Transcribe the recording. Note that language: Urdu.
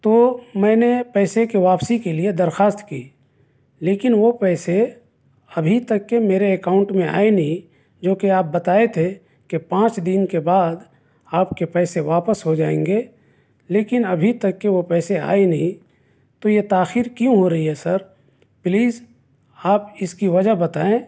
تو میں نے پیسے کے واپسی کے لئے درخواست کی لیکن وہ پیسے ابھی تک کے میرے اکاونٹ میں آئے نہیں جو کہ آپ بتائے تھے کہ پانچ دن کے بعد آپ کے پیسے واپس ہو جائیں گے لیکن ابھی تک کے وہ پیسے آئے نہیں تو یہ تاخیر کیوں ہو رہی ہے سر پلیز آپ اس کی وجہ بتائیں